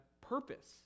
purpose